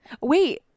wait